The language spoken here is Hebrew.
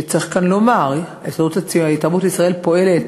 וצריך כאן לומר ש"תרבות לישראל" פועלת,